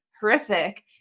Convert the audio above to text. horrific